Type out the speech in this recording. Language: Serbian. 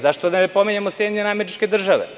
Zašto da ne pominjemo SAD?